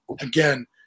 again